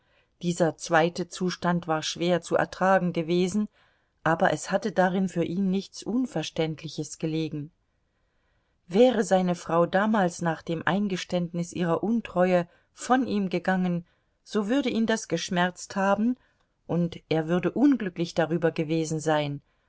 dieser zweite zustand war schwer zu ertragen gewesen aber es hatte darin für ihn nichts unverständliches gelegen wäre seine frau damals nach dem eingeständnis ihrer untreue von ihm gegangen so würde ihn das geschmerzt haben und er würde unglücklich darüber gewesen sein